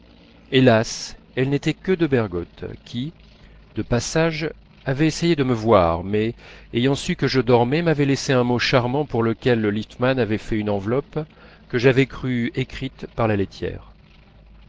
hélas elle n'était que de bergotte qui de passage avait essayé de me voir mais ayant su que je dormais m'avait laissé un mot charmant pour lequel le liftman avait fait une enveloppe que j'avais cru écrite par la laitière